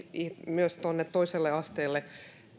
myös tuonne toiselle asteelle